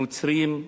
הנוצרים,